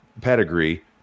pedigree